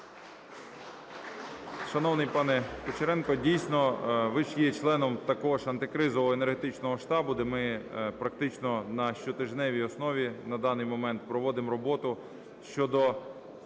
Шановний пане Кучеренко, дійсно, ви ж є членом такого ж антикризового енергетичного штабу, де ми практично на щотижневій основі на даний момент проводимо роботу щодо